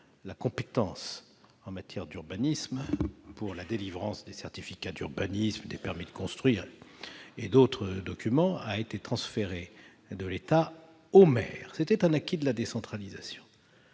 la compétence en matière d'urbanisme pour la délivrance des certificats d'urbanisme, des permis de construireet d'autres documents a été transférée de l'État aux maires. C'était un acquis de la décentralisation.